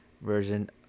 version